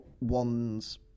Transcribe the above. one's